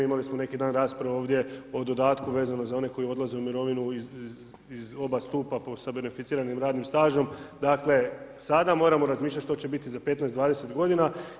Imali smo neki dan raspravu ovdje o dodatku vezano za one koji odlaze u mirovinu iz oba stupa sa beneficiranim radnim stažom, dakle sada moramo razmišljati što će biti za 15, 20 godina.